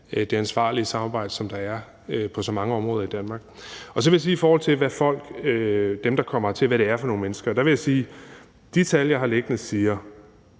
det ansvarlige samarbejde, som der er på så mange områder i Danmark. Så vil jeg, i forhold til hvad det er for nogle mennesker, der kommer hertil, sige, at de tal, jeg har liggende, siger,